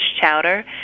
chowder